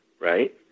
Right